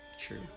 True